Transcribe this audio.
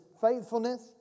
faithfulness